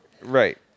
Right